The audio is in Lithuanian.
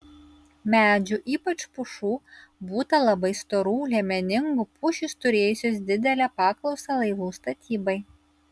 medžių ypač pušų būta labai storų liemeningų pušys turėjusios didelę paklausą laivų statybai